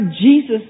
Jesus